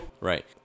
right